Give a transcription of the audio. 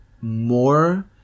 more